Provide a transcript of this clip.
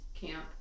camp